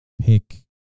pick